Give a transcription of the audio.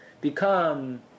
become